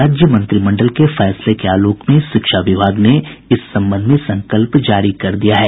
राज्य मंत्रिमंडल के फैसले के आलोक में शिक्षा विभाग ने इस संबंध में संकल्प जारी कर दिया है